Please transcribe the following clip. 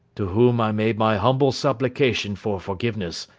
to whom i made my humble supplication for forgiveness,